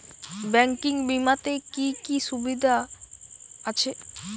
Banking বিমাতে কি কি সুবিধা আছে?